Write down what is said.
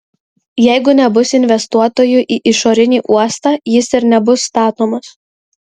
jeigu nebus investuotojų į išorinį uostą jis ir nebus statomas